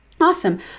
awesome